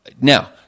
Now